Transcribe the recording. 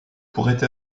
pourraient